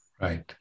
Right